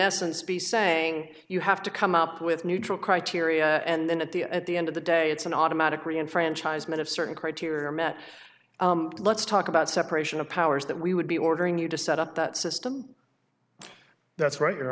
essence be saying you have to come up with neutral criteria and then at the at the end of the day it's an automatic rian franchise may have certain criteria are met let's talk about separation of powers that we would be ordering you to set up that system that's right you